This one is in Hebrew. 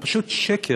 זה פשוט שקר.